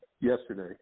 yesterday